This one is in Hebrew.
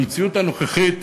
במציאות הנוכחית